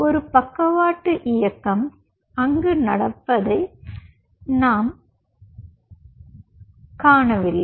ஒரு பக்க வாட்டு இயக்கம் அங்கு நடப்பதை நான் காணவில்லை